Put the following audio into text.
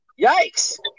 Yikes